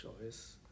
choice